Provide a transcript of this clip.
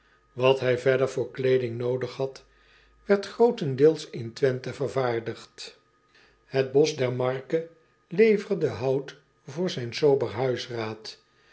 at hij verder voor kleeding noodig had werd grootendeels in wenthe vervaardigd et bosch der marke leverde hout voor zijn sober